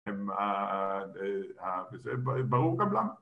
ברור גם למה